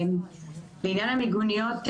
בעניין המיגוניות,